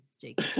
Jake